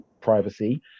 privacy